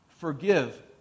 Forgive